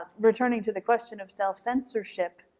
ah returning to the question of self censorship,